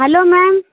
hello ma'am